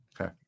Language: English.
Okay